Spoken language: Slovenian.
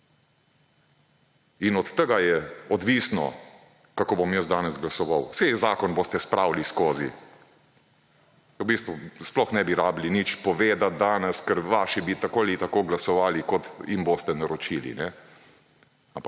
in od tega je odvisno, kako bom jaz danes glasoval. Saj, zakon boste spravili skozi, v bistvu sploh ne bi rabili nič povedat danes, ker vaši bi tako ali tako glasovali kot jim boste naročili,